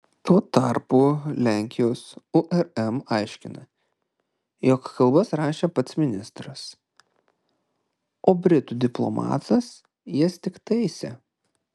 tuo tarpu lenkijos urm aiškina jog kalbas rašė pat ministras o britų diplomatas jas tik taisė